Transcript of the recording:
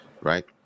right